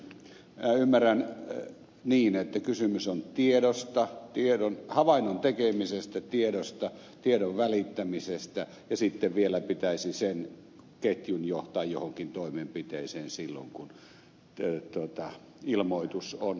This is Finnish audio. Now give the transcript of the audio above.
minä ymmärrän niin että kysymys on tiedosta havainnon tekemisestä tiedosta tiedonvälittämisestä ja sitten vielä pitäisi sen ketjun johtaa johonkin toimenpiteeseen silloin kun ilmoitus on relevantti